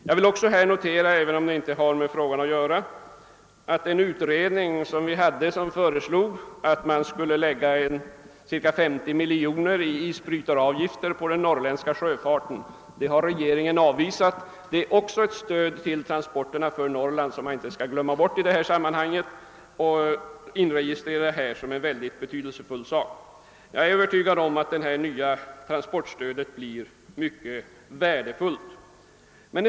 Jag vill i detta sammanhang notera — även om det inte direkt har med saken att göra — att regeringen avvisat förslaget från en utredning att lägga cirka 50 miljoner i isbrytaravgifter på den norrländska sjöfarten. Det är också ett stöd för transporterna i Norrland som man inte skall glömma bort. Jag är som sagt övertygad om att det nya transportstödet blir mycket värdefullt.